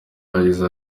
yagize